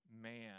man